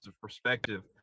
perspective